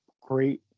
great